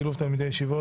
שירות ביטחון (תיקון מס' 26) (שילוב תלמידי ישיבות),